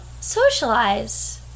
socialize